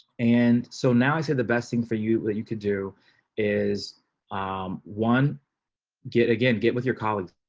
and so now i said the best thing for you that you could do is um one get again get with your colleagues.